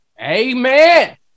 Amen